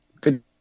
good